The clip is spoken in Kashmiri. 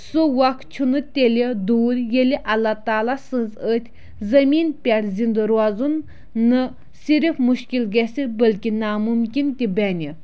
سُہ وقت چھُنہٕ تیٚلہِ دوٗر ییٚلہِ اللہ تعالیٰ سٕنٛز أتھۍ زٔمیٖن پٮ۪ٹھ زِندٕ روزُن نہٕ صِرف مُشکِل گژھِ بلکہِ نامُمکِن تہٕ بنہِ